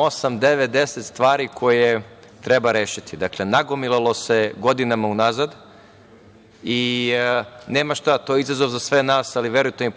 osam, devet, deset stvari koje treba rešiti, dakle, nagomilalo se godinama unazad. Nema šta, to je izazov za sve nas. Ali, verujte mi,